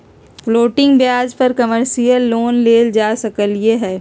floating ब्याज पर commercial loan लेल जा सकलई ह